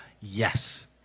Yes